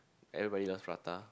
everybody loves prata